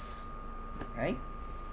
right